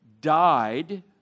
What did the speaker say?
died